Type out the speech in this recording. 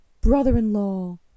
brother-in-law